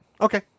Okay